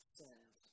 sins